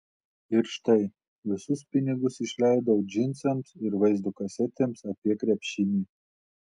ir štai visus pinigus išleidau džinsams ir vaizdo kasetėms apie krepšinį